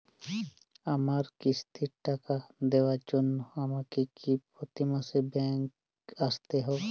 আমার কিস্তির টাকা দেওয়ার জন্য আমাকে কি প্রতি মাসে ব্যাংক আসতে হব?